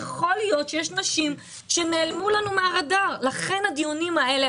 יכול להיות שיש נשים שנעלמו לנו מהרדאר ולכן הדיונים האלה.